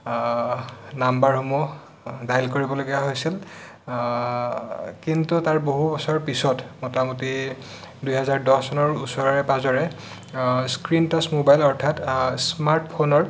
নাম্বাৰসমূহ dial কৰিবলগীয়া হৈছিল কিন্তু তাৰ বহুবছৰ পিছত মোটামুটি দুহেজাৰ দহ চনৰ ওচৰে পাজৰে স্ক্ৰিণ টাছ মোবাইল অৰ্থাৎ স্মাৰ্ট ফোনৰ